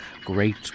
great